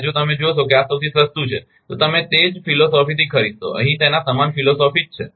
અને જો તમે જોશો કે આ સૌથી સસ્તુ છે તો તમે તે જ ફિલોસોફીથી ખરીદશો અહીં તેના સમાન ફિલોસોફી જ છે